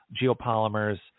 geopolymers